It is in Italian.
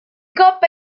coppa